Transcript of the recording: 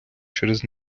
через